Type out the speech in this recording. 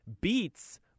beets